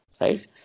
Right